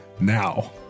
now